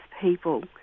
people